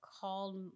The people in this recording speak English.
called